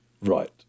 Right